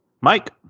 Mike